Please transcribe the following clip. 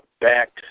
back